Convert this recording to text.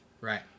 Right